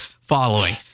following